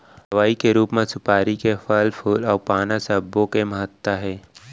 दवई के रूप म सुपारी के फर, फूल अउ पाना सब्बो के महत्ता हे